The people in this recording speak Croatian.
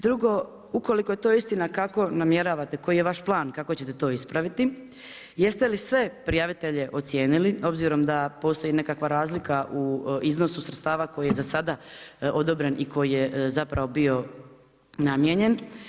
Drugo, ukoliko je to istina kako namjeravate, koji je vaš plan kako ćete to ispraviti, jeste li sve prijavitelje ocijenili obzirom da postoji i nekakva razlika u iznosu sredstva koji je za sada odobren i koji je zapravo bio namijenjen?